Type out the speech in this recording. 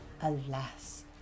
Alas